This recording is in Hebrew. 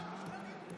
בעד, 56,